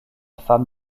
femme